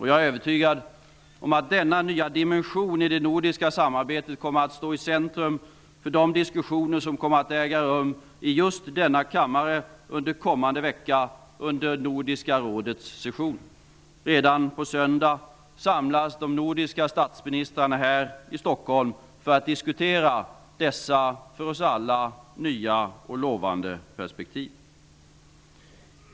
Jag är övertygad om att denna nya dimension i det nordiska samarbetet kommer att stå i centrum för de diskussioner som äger rum i just denna kammare under kommande vecka under Nordiska rådets session. Redan på söndag samlas de nordiska statsministrarna här i Stockholm för att diskutera dessa för oss alla nya och lovande perspektiv.